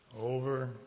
over